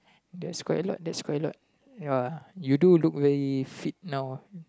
that's quite a lot that's quite a lot ya you do look very fit now